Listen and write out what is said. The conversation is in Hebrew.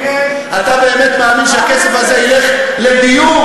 כן, אתה באמת מאמין שהכסף הזה ילך לדיור?